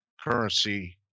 currency